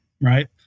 right